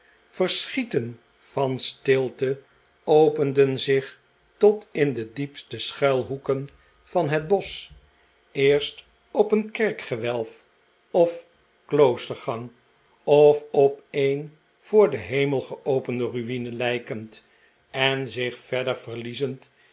verschieten van stilte openden zich tot in de diepste schuilhoeken van het bosch eerst op een kerkgewelf of kloostergang of op een voor den hemel geopende ruine lijkend en zich verder verliezend